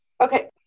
Okay